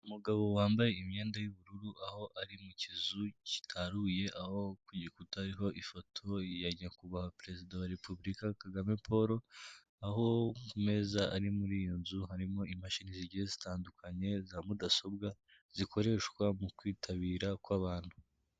Umugabo wambaye imyenda yuubururu aho ari mu kizu kitaruye aho ku gikutaho ifoto ya nyakubahwa perezida wa rmudasobwa zikoreshwa mu kwitabira kw'abantu.